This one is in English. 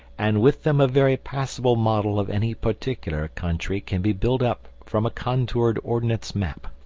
and with them a very passable model of any particular country can be built up from a contoured ordnance map.